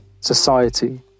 society